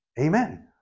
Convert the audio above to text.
Amen